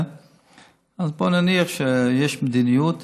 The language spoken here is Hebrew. אז בוא נניח שיש מדיניות.